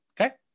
Okay